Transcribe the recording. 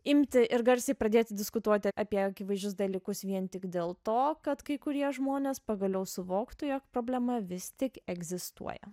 imti ir garsiai pradėti diskutuoti apie akivaizdžius dalykus vien tik dėl to kad kai kurie žmonės pagaliau suvoktų jog problema vis tik egzistuoja